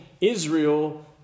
israel